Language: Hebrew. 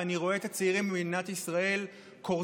ואני רואה את הצעירים במדינת ישראל קורסים.